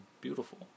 beautiful